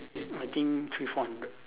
I think three four hundred